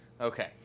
okay